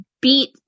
beat